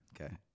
Okay